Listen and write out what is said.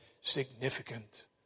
significant